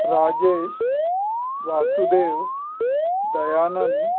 Rajesh Vasudev Dayanand